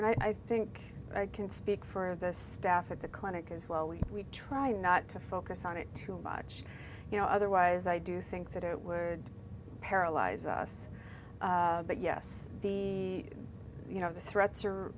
and i think i can speak for of the staff at the clinic as well we try not to focus on it too much you know otherwise i do think that it would paralyze us but yes di you know the threats are